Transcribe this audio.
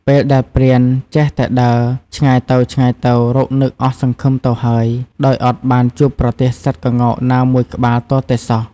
ពេលដែលព្រានចេះតែដើរ ឆ្ងាយទៅៗរកនឹងអស់សង្ឃឹមទៅហើយ ដោយអត់បានជួបប្រទះសត្វក្ងោកណាមួយក្បាលទាល់តែសោះ។